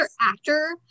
actor